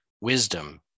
wisdom